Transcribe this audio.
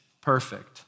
perfect